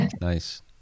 Nice